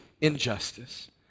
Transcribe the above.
injustice